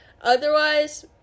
Otherwise